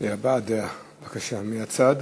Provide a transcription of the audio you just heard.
הבעת דעה מהצד.